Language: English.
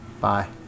Bye